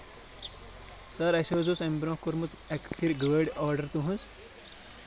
سَر اَسہِ حظ اوس امہِ برونٛہہ کوٚرمُت اَکہِ پھِرِ گٲڑۍ آرڈر تُہنٛز